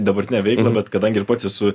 dabartinę veiklą bet kadangi ir pats esu